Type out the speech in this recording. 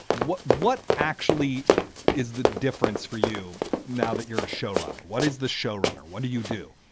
what what actually is the difference for you now that you're a showrunner? what is the showrunner? what do you do?